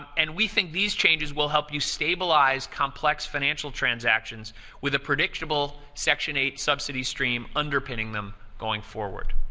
and we think these changes will help you stabilize complex financial transactions with a predictable section eight subsidy stream underpinning them going forward.